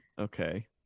Okay